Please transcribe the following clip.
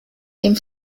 dem